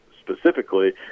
specifically